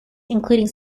including